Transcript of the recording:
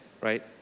right